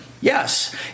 Yes